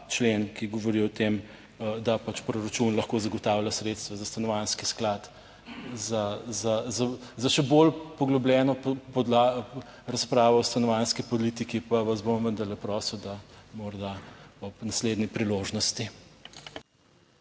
člen, ki govori o tem, da pač proračun lahko zagotavlja sredstva za stanovanjski sklad. Za še bolj poglobljeno podla..., razpravo o stanovanjski politiki pa vas bom vendarle prosil, da morda ob naslednji priložnosti.